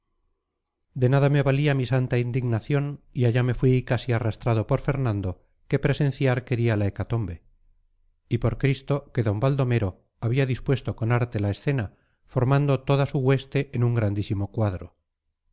de nada me valía mi santa indignación y allá me fui casi arrastrado por fernando que presenciar quería la hecatombe y por cristo que d baldomero había dispuesto con arte la escena formando toda su hueste en un grandísimo cuadro